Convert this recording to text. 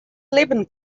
libben